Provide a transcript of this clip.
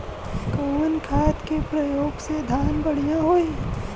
कवन खाद के पयोग से धान बढ़िया होई?